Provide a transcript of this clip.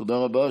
תודה רבה.